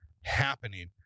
happening